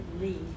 leave